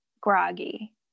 groggy